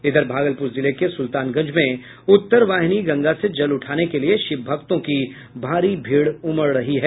इधर भागलपुर जिले के सुल्तानगंज में उत्तरवाहिनी गंगा से जल उठाने के लिए शिव भक्तों की भारी भीड़ उमड़ रही है